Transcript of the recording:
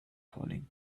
falling